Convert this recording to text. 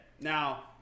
Now